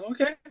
Okay